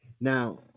Now